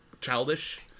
childish